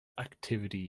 activity